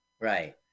Right